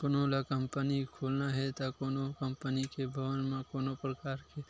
कोनो ल कंपनी खोलना हे ते कोनो कंपनी के भवन म कोनो परकार के